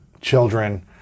children